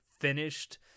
finished